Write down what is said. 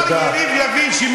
השר יריב לוין,